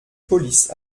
police